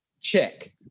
Check